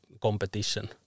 competition